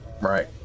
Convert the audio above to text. Right